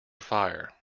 fire